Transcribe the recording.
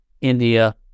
india